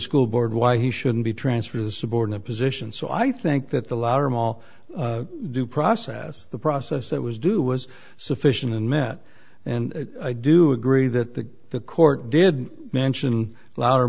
school board why he shouldn't be transferred a subordinate position so i think that the louder mol due process the process that was due was sufficient and met and i do agree that the court did mention louder